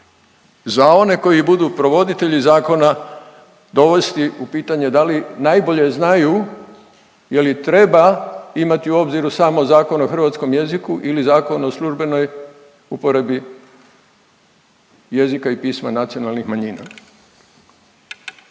za one koji budu provoditelji zakona dovesti u pitanje da li najbolje znaju je li treba imati u obziru samo Zakon o hrvatskom jeziku ili Zakon o službenoj uporabi jezika i pisma nacionalnih manjina.